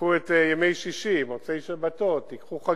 תיקחו את ימי שישי, מוצאי שבתות וחגים,